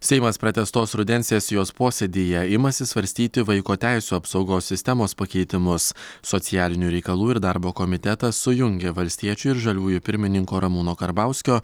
seimas pratęstos rudens sesijos posėdyje imasi svarstyti vaiko teisių apsaugos sistemos pakeitimus socialinių reikalų ir darbo komitetas sujungė valstiečių ir žaliųjų pirmininko ramūno karbauskio